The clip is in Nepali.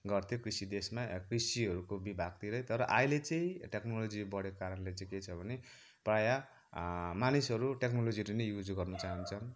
गर्थ्यो कृषि देशमा कृषिहरूको विभागतिरै तर अहिले चाहिँ टेक्नोलोजी बढेको कारणले के छ भने प्राय मानिसहरू टेक्नोलोजीहरू नै युज गर्नु चाहन्छन्